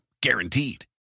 Guaranteed